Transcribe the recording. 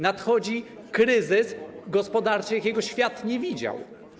Nadchodzi kryzys gospodarczy, jakiego świat nie widział.